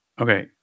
Okay